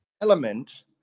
element